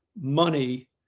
money